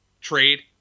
trade